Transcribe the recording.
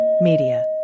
Media